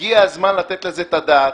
הגיע הזמן לתת על זה את הדעת.